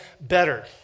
better